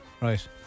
Right